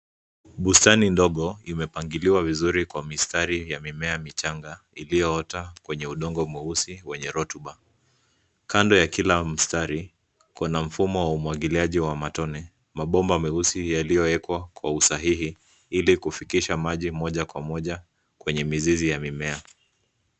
Bustani ndogo imepangiliwa vizuri kwa mistari ya mimea michanga iliyoota kwenye udongo mweusi wenye rotuba. Kando ya kila mstari kuna mfumo wa umwagiliaji wa matone, mabomba meusi yaliyowekwa kwa usahihi ili kufikisha maji moja kwa moja kwenye mizizi ya mimea.